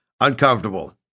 uncomfortable